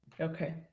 Okay